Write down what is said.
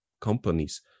companies